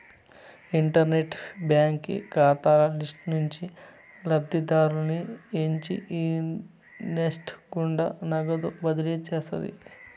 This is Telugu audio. ఇంటర్నెట్ బాంకీ కాతాల లిస్టు నుంచి లబ్ధిదారుని ఎంచి ఈ నెస్ట్ గుండా నగదు బదిలీ చేస్తారు